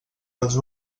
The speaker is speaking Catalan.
els